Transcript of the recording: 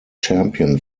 champion